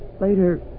Later